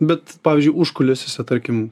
bet pavyzdžiui užkulisiuose tarkim